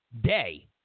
day